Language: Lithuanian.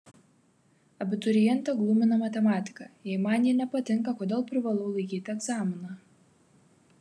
abiturientę glumina matematika jei man ji nepatinka kodėl privalau laikyti egzaminą